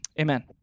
amen